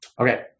Okay